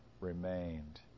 remained